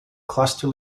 cluster